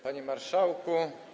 Panie Marszałku!